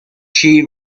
she